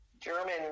German